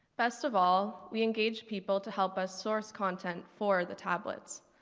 best of all, we engage people to help us source content for the tablets.